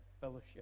fellowship